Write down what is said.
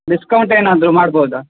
discount ಏನಾದರೂ ಮಾಡ್ಬೋದಾ